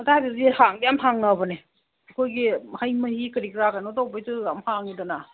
ꯑꯗꯥꯏꯗꯗꯤ ꯍꯥꯡꯗꯤ ꯌꯥꯝ ꯍꯥꯡꯅꯕꯅꯦ ꯑꯩꯈꯣꯏꯒꯤ ꯍꯩ ꯃꯍꯤ ꯀꯔꯤ ꯀꯔꯥ ꯀꯩꯅꯣ ꯇꯧꯕꯩꯁꯨ ꯌꯥꯝ ꯍꯥꯡꯏꯗꯅ